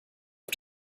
auf